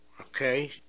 okay